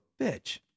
bitch